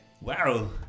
Wow